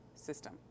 system